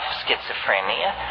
schizophrenia